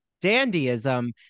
dandyism